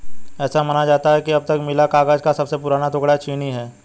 ऐसा माना जाता है कि अब तक मिला कागज का सबसे पुराना टुकड़ा चीनी है